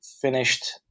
finished